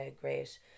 great